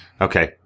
okay